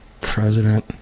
President